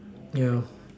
yeah